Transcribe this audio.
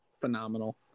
phenomenal